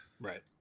right